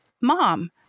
mom